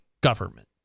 government